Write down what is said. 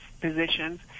positions